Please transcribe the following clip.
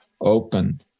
open